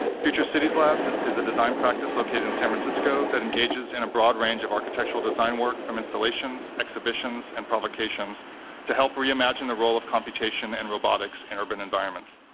future cities labs is a design practice located in san francisco that engages in a broad range of architectural design work from installations, exhibitions, and provocations to help re-imagine the role of computation and robotics in urban environments.